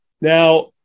Now